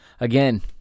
Again